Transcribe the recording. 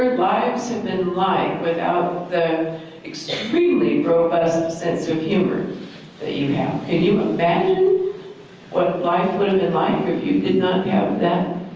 lives have been like without the extremely robust sense of humor that you have. can and you imagine what life would've been like if you did not have that?